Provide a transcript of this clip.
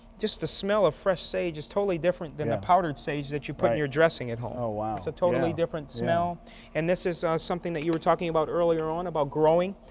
just the smell of fresh sage is totally different than the powdered sage that you put in your dressing at home. a ah so totally different smell and this is something that you were talking about earlier on about growing.